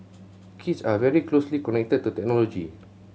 kids are very closely connected to technology